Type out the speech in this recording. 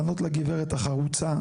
לענות לגברת החרוצה.